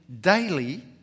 daily